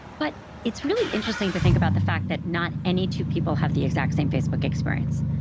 but it's really interesting to think about the fact that not any two people have the exact same facebook experience.